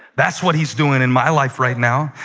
that's what he's doing in my life right now.